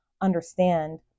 understand